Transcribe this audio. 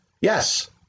Yes